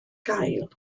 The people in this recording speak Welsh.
gael